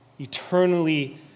eternally